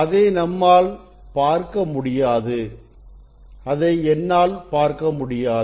அதை நம்மால் பார்க்க முடியாது அதை என்னால் பார்க்க முடியாது